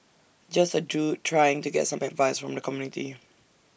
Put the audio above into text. just A dude trying to get some advice from the community